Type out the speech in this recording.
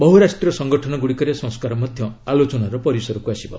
ବହୁ ରାଷ୍ଟ୍ରୀୟ ସଂଗଠନ ଗୁଡ଼ିକରେ ସଂସ୍କାର ମଧ୍ୟ ଆଲୋଚନାର ପରିସରକୁ ଆସିବ